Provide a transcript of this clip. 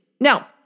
now